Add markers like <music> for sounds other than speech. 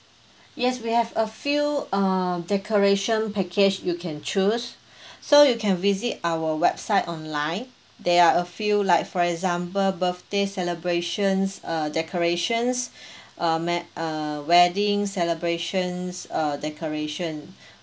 yes we have a few err decoration package you can choose <breath> so you can visit our website online there are a few like for example birthday celebrations uh decorations <breath> uh me~ err wedding celebrations err decoration